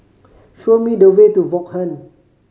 show me the way to Vaughan